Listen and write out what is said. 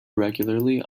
regularly